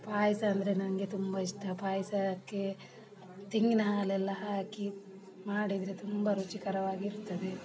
ಪಾಯಸ ಅಂದರೆ ನನಗೆ ತುಂಬ ಇಷ್ಟ ಪಾಯಸಕ್ಕೆ ತೆಂಗಿನಹಾಲೆಲ್ಲ ಹಾಕಿ ಮಾಡಿದರೆ ತುಂಬ ರುಚಿಕರವಾಗಿರ್ತದೆ